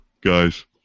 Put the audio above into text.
guys